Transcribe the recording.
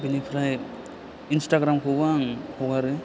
बेनिफ्राय इन्सथाग्रामखौबो आं हगारो